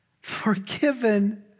forgiven